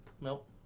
Nope